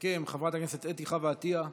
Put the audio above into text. תסכם חברת הכנסת אתי חוה עטייה,